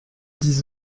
dix